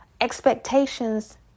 expectations